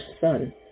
son